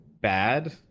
Bad